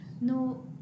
no